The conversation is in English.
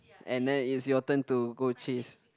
and then it's your turn to go chase